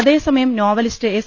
അതേസമയം novelist S